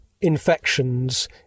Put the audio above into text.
infections